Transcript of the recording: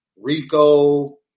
Rico